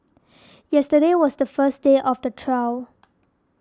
yesterday was the first day of the trial